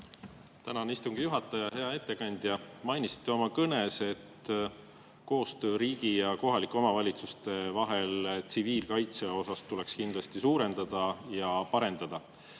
Tänan, istungi juhataja! Hea ettekandja! Mainisite oma kõnes, et koostööd riigi ja kohalike omavalitsuste vahel tsiviilkaitse osas tuleks kindlasti suurendada ja parendada.